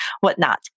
whatnot